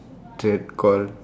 that call